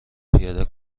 پیاده